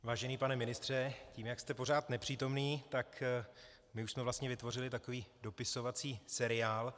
Vážený pane ministře, tím, jak jste pořád nepřítomný, tak my už jsme vlastně vytvořili takový dopisovací seriál.